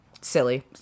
silly